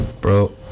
Bro